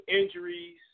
injuries